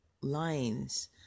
lines